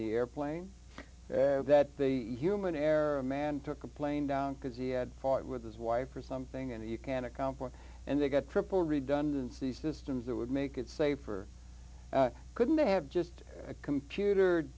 the airplane that they human error man took a plane down because he had fought with his wife or something and you can accomplish and they got triple redundancies systems that would make it safer couldn't they have just a computer